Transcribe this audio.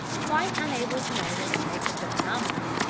quite unable to know what to make of the phenomenon,